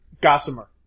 gossamer